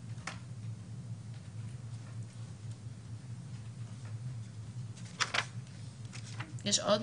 יש עוד